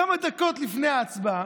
כמה דקות לפני ההצבעה,